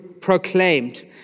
proclaimed